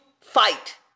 fight